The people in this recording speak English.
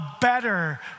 better